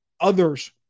others